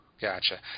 Gotcha